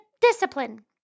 discipline